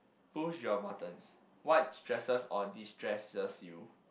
push your buttons what stresses or distresses you